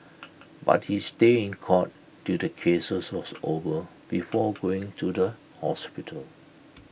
but he stayed in court till the case was over before going to the hospital